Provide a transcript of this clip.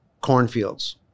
cornfields